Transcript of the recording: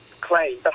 claim